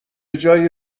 جای